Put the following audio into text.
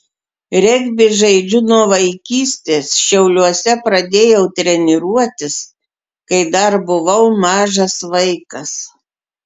regbį žaidžiu nuo vaikystės šiauliuose pradėjau treniruotis kai dar buvau mažas vaikas